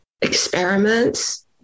experiments